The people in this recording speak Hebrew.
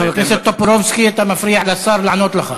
חבר הכנסת טופורובסקי, אתה מפריע לשר לענות לך.